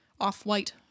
off-white